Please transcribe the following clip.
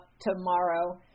tomorrow